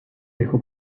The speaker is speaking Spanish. dejó